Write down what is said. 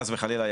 חס וחלילה,